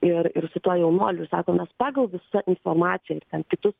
ir ir su tuo jaunuoliu ir sakom mes pagal visą informaciją ir ten kitus